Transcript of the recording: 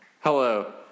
Hello